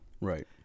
right